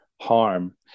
harm